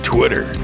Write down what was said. Twitter